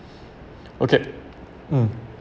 okay mm